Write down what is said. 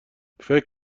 فکر